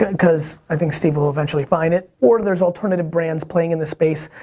because i think steve will eventually find it, or there's alternative brands playing in the space.